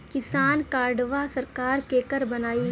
किसान कार्डवा सरकार केकर बनाई?